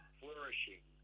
flourishing